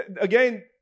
again